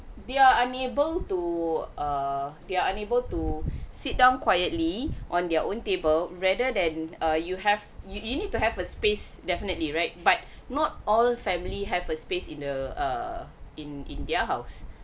they are unable to err they are unable to sit down quietly on their own table rather than err you have you you need to have a space definitely right but not all family have a space in the err in in their house